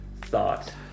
Thought